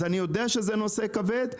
אני יודע שזה נושא כבד,